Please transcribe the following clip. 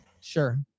Sure